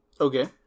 Okay